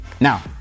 Now